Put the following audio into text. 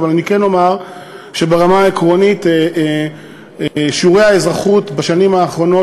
אבל אני כן אומר שברמה העקרונית שיעורי האזרחות בשנים האחרונות